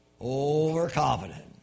Overconfident